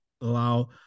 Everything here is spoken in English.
allow